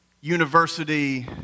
university